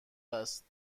است